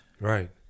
Right